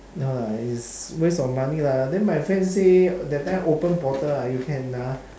no lah it's waste of money lah then my friend say that time open bottle ah you can ah